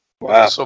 Wow